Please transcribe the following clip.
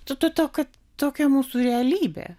tu to kad tokia mūsų realybė